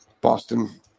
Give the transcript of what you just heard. Boston